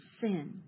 sin